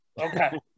okay